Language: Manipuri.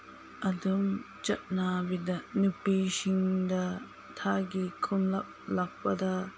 ꯑꯗꯨꯝ ꯆꯠꯅꯕꯤꯗ ꯅꯨꯄꯤꯁꯤꯡꯗ ꯊꯥꯒꯤ ꯈꯣꯡꯀꯥꯞ ꯂꯥꯛꯄꯗ